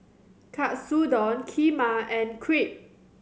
Katsudon Kheema and Crepe